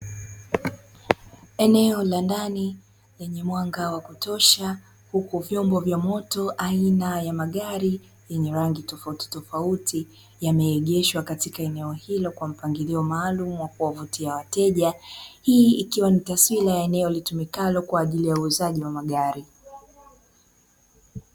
Eneo la ndani lenye mwanga wa kutosha huku vyombo vya moto aina ya magari yenye rangi tofauti tofauti yameegeshwa katika eneo hilo kwa mpangilio maalumu wa kuwavutia wateja, hii ikiwa ni taswira ya eneo litumikalo kwa ajili ya uuzaji wa magari.